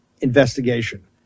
investigation